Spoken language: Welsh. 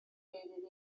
ddydd